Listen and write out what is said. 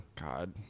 God